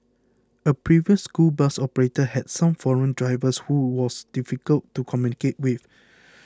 a previous school bus operator had some foreign drivers who was difficult to communicate with